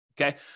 okay